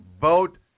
vote